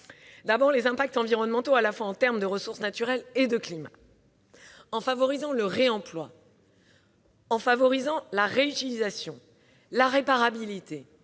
évoquant les impacts environnementaux, à la fois en termes de ressources naturelles et de climat. En favorisant le réemploi, la réutilisation, la réparabilité,